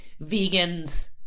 vegans